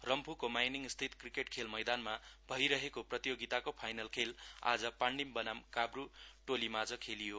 रम्फूको माइनिङस्थित क्रिकेट खेल मैदानमा भइरहनेको प्रतियोगिताको फाइनल केल आज पाण्डीम बनाम काव्रु टोलिमाझ खेलियो